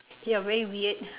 you're very weird